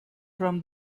from